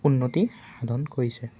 উন্নতি সাধন কৰিছে